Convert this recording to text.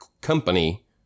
company